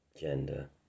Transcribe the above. gender